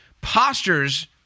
postures